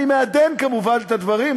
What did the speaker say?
אני מעדן כמובן את הדברים,